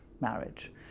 marriage